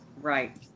Right